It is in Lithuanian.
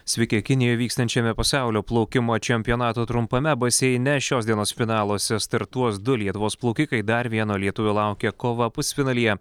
sveiki kinijoj vykstančiame pasaulio plaukimo čempionato trumpame baseine šios dienos finaluose startuos du lietuvos plaukikai dar vieno lietuvio laukia kova pusfinalyje